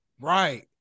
Right